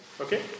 Okay